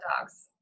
dogs